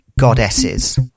goddesses